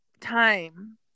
time